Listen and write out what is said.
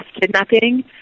kidnapping